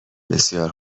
بسیار